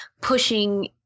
pushing